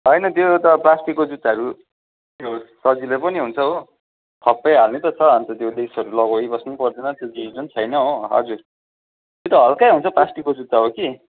होइन त्यो त प्लास्टिकको जुत्ताहरू सजिलो पनि हुन्छ हो खप्पै हाल्नु त छ अन्त त्यो लेसहरू लगाइबस्नु नि पर्दैन त्यो झिझो पनि छैन हो हजुर हल्कै हुन्छ प्लास्टिकको जुत्ता हो कि